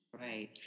right